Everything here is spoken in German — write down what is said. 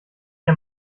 ihr